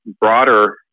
broader